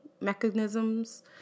mechanisms